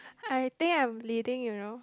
I think I'm bleeding you know